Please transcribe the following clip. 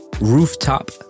Rooftop